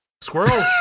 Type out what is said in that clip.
Squirrels